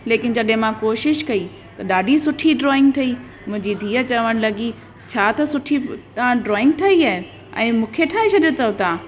लेकिन जॾहिं मां कोशिश कई त ॾाढी सुठी ड्रॉइंग ठही मुंहिंजी धीअ चवणु लॻी छा त सुठी तव्हां ड्रॉइंग ठाही आहे ऐं मूंखे ठाहे छॾियो अथव तव्हां